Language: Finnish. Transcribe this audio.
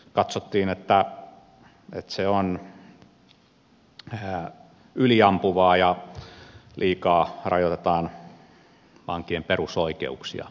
katsottiin että se on yliampuvaa ja liikaa rajoitetaan vankien perusoikeuksia